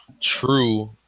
true